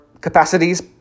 capacities